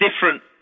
different